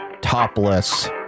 topless